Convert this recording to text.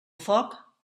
foc